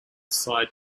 side